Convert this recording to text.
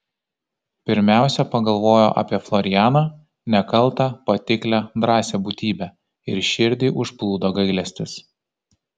pirmiausia pagalvojo apie florianą nekaltą patiklią drąsią būtybę ir širdį užplūdo gailestis